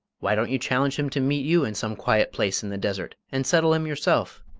why don't you challenge him to meet you in some quiet place in the desert and settle him yourself?